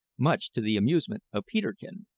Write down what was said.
much to the amusement of peterkin,